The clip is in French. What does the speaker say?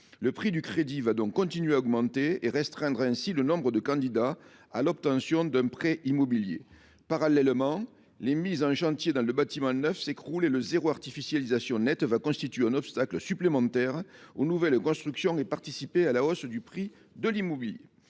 Le prix du crédit va donc continuer à augmenter et, ainsi, restreindre le nombre de candidats à l’obtention d’un prêt immobilier. Parallèlement, les mises en chantier dans le bâtiment neuf s’écroulent, et le zéro artificialisation nette va constituer un obstacle supplémentaire aux nouvelles constructions et participer à la hausse du prix de l’immobilier.